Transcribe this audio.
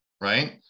right